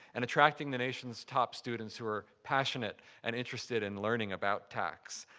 and attracting the nation's top students who are passionate and interested in learning about tax.